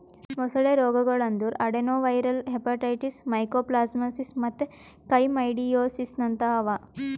ಮೊಸಳೆ ರೋಗಗೊಳ್ ಅಂದುರ್ ಅಡೆನೊವೈರಲ್ ಹೆಪಟೈಟಿಸ್, ಮೈಕೋಪ್ಲಾಸ್ಮಾಸಿಸ್ ಮತ್ತ್ ಕ್ಲಮೈಡಿಯೋಸಿಸ್ನಂತಹ ಅವಾ